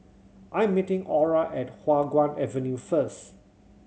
I'm meeting Aura at Hua Guan Avenue first